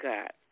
God